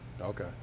Okay